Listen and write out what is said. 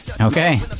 okay